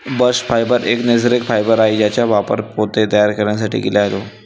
bast fibre एक नैसर्गिक fibre आहे ज्याचा वापर पोते तयार करण्यासाठी केला जातो